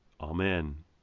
Amen